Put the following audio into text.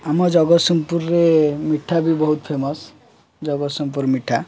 ଆମ ଜଗତସିଂପୁରରେ ମିଠା ବି ବହୁତ ଫେମସ୍ ଜଗତସିଂପୁର ମିଠା